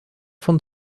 von